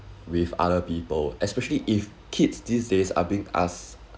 with other people especially if kids these days are being asked